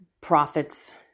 prophets